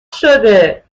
شده